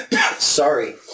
Sorry